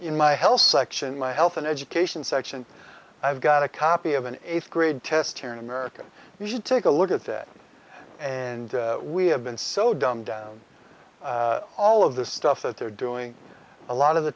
in my health section my health and education section i've got a copy of an eighth grade test here in america we should take a look at that and we have been so dumbed down all of the stuff that they're doing a lot of the